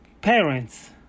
parents